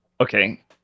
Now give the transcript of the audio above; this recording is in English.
Okay